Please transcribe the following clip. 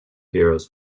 heroes